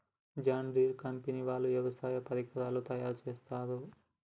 John Deere company వాళ్ళు వ్యవసాయ పరికరాలు తయారుచేస్తారు